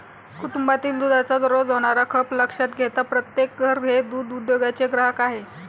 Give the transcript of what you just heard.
कुटुंबातील दुधाचा दररोज होणारा खप लक्षात घेता प्रत्येक घर हे दूध उद्योगाचे ग्राहक आहे